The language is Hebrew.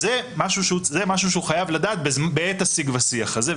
אז זה משהו שהוא חייב לדעת בעת השיג ושיח הזה.